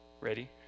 Ready